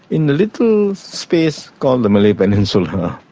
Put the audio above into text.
in the little space called the malay peninsula.